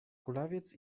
kulawiec